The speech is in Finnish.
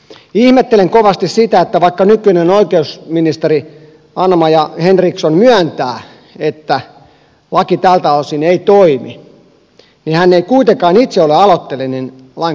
ihmettelen kovasti sitä että vaikka nykyinen oikeusministeri anna maja henriksson myöntää että laki tältä osin ei toimi niin hän ei kuitenkaan itse ole aloitteellinen lain korjaamiseksi